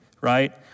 right